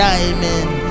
Diamond